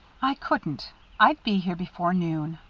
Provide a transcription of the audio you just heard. i couldn't i'd be here before noon,